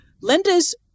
Linda's